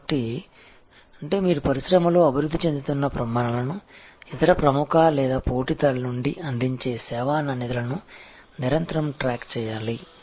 కాబట్టి అంటే మీరు పరిశ్రమలో అభివృద్ధి చెందుతున్న ప్రమాణాలను ఇతర ప్రముఖ లేదా పోటీదారుల నుండి అందించే సేవా నాణ్యతను నిరంతరం ట్రాక్ చేయాలి